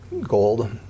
gold